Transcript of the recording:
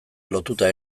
lotuta